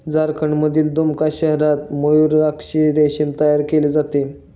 झारखंडमधील दुमका शहरात मयूराक्षी रेशीम तयार केले जाते